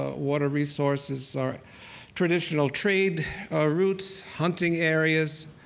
ah water resources. our traditional trade, our routes, hunting areas.